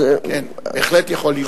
אז, כן, בהחלט יכול להיות.